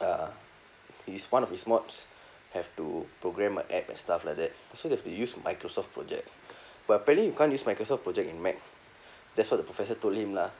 uh his one of his mods have to program a app and stuff like that so they have to microsoft project but apparently you can't use microsoft project in mac that's what the professor told him lah